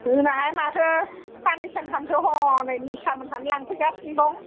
होनाहाय माथो साननै सानथामसो हनै निसा मोनहानो लांफैगासिनो दं